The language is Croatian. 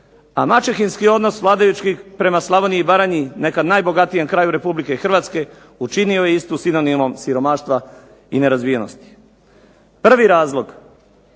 a maćehinski odnos vladajući prema Slavoniji i Baranji, nekad najbogatijem kraju RH, učinio je istu sinonimom siromaštva i nerazvijenosti. Prvi razlog,